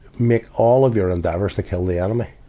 make all of your endeavors to kill the enemy.